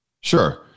Sure